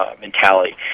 mentality